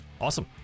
Awesome